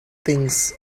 things